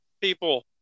people